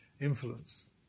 influence